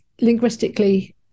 linguistically